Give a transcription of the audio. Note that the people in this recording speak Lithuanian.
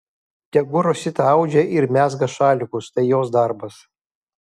tegu rosita audžia ir mezga šalikus tai jos darbas